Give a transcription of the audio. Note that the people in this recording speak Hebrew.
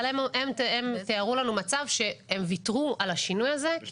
אבל הם תיארו לנו מצב שהם ויתרו על השינוי הזה כי